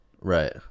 right